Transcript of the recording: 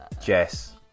Jess